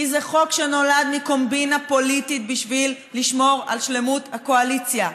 כי זה חוק שנולד מקומבינה פוליטית בשביל לשמור על שלמות הקואליציה,